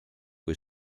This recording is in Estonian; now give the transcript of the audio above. kui